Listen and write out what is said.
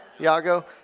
Iago